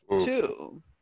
Two